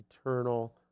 eternal